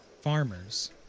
farmers